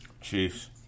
Chiefs